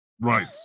Right